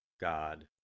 God